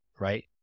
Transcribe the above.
right